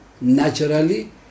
naturally